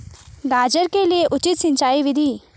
गाजर के लिए उचित सिंचाई विधि?